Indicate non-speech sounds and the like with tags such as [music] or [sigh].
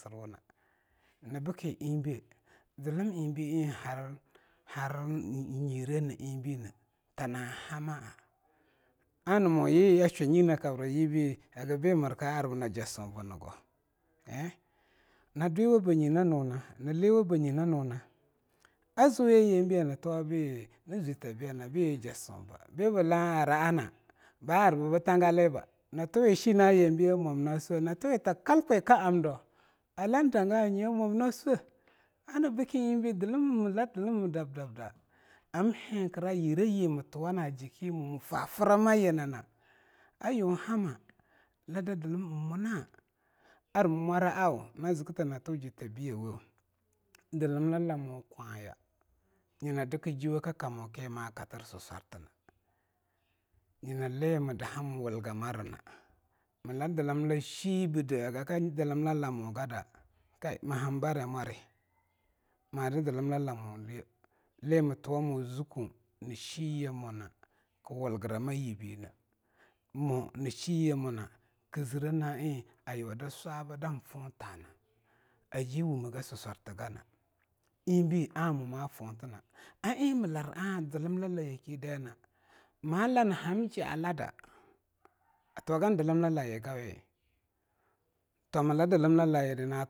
Srona nyina bke eingbei zlm'eingbei eing har-harnn [noise] nyire na eingbei ne tana hama'a, ana moyi ashunine kabra yibei hagbeka'arba na jasiebg eh? ndwiwabanyinnona a ziu yebei na zwi ta yi bniyana? antuwo byi Jasoya nbi blanara'ana ba arba b Tangale, mir ka arbna jasuoba, nliwaba nyi nnuna, aziu yenbe ntuwi ta kalkwika'amdo na swe bke alan danga'anye a mwamninasue a nyina bke eingbei mla zlm'a dab-dab da amhetra yire yi mtuwana jikime mfaframayinina ayunba la da zlm'a muna ar mwara'am nazktantuje ta biyawo! zlmllamo kwaya nyina dkjiuweke kame kima katresswarbna nyina le mdaha mwulgamarna. Mla zlmla shibde hagka zlmla mogada kai mahanbarae mwari mar zlmlamo le mtuwa zukou nshiye muna kwulgramayibine, monshiye muna kzre na'a eing ayuwa da swaba dan fontana, aji yuwaga suswartagna. Eingbei ammo mafontna, ar eing mlar zlmlla yaki daina mala na ham jalada, atueagan zlmllayi gawi? to na tuwa zlmllayida.